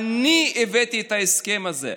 אני הבאתי את ההסכם הזה?